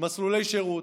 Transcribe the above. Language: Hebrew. יש מסלולי שירות.